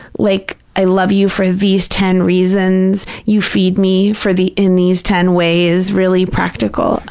like i love you for these ten reasons, you feed me for the, in these ten ways, really practical.